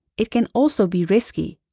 it can also be risky.